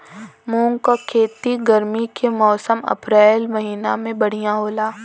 मुंग के खेती गर्मी के मौसम अप्रैल महीना में बढ़ियां होला?